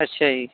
ਅੱਛਾ ਜੀ